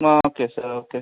ah okay sir okay